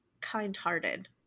kind-hearted